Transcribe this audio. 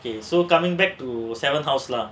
okay so coming back to seven house lah